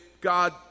God